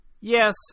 yes